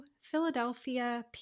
philadelphia